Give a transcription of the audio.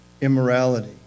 immorality